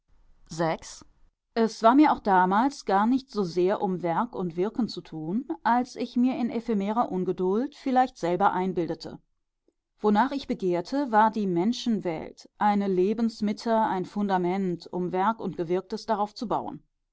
es war mir auch damals gar nicht so sehr um werk und wirken zu tun als ich mir in ephemerer ungeduld vielleicht selber einbildete wonach ich begehrte war die menschenwelt eine lebensmitte ein fundament um werk und gewirktes darauf zu bauen